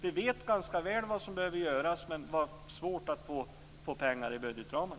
Vi vet ganska väl vad som behöver göras, men det är svårt att få pengar inom budgetramen.